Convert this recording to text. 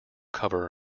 cover